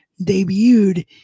debuted